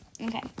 Okay